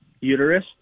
Uterus